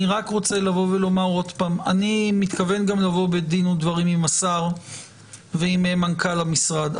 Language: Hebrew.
אני רק רוצה לומר שאני מתכוון לבוא בדין ודברים עם השר ועם מנכ"ל המשרד.